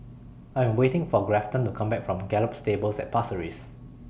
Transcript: I Am waiting For Grafton to Come Back from Gallop Stables At Pasir Ris